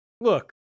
look